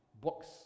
books